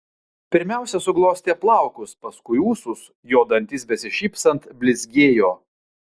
pirmiausia suglostė plaukus paskui ūsus jo dantys besišypsant blizgėjo